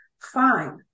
fine